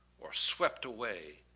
or swept away,